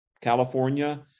California